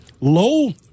low